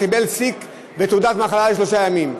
קיבל sick ותעודת מחלה לשלושה ימים.